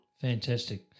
Fantastic